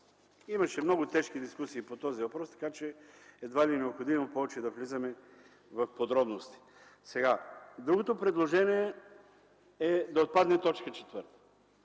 Имаше много тежки дискусии по този въпрос, така че едва ли е необходимо повече да влизаме в подробности. Другото предложение е: да отпадне т. 4.